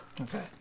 Okay